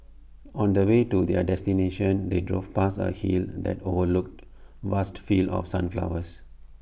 on the way to their destination they drove past A hill that overlooked vast fields of sunflowers